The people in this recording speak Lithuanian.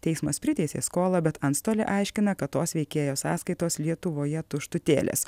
teismas priteisė skolą bet antstoliai aiškina kad tos veikėjos sąskaitos lietuvoje tuštutėlės